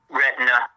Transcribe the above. retina